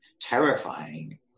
terrifying